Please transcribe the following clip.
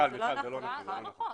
מיכל, זה לא נכון.